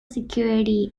security